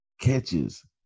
catches